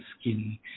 skin